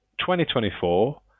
2024